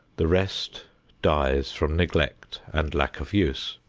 the rest dies from neglect and lack of use.